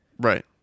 Right